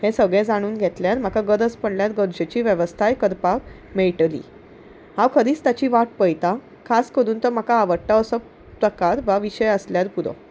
हें सगळें जाणून घेतल्यार म्हाका गरज पडल्यार गरजेची वेवस्थाय करपाक मेळटली हांव खरीच ताची वाट पळयतां खास करून तो म्हाका आवडटा असो प्रकार वा विशय आसल्यार पुरो